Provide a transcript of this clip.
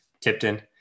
Tipton